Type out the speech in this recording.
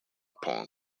poem